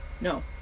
No